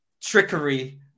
trickery